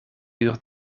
uur